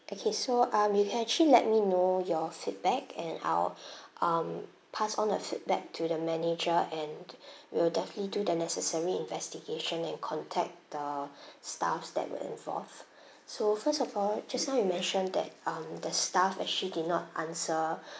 okay so um you can actually let me know your feedback and I'll um pass on the feedback to the manager and we'll definitely do the necessary investigation and contact the staffs that were involved so first of all just now you mentioned that um the staff actually did not answer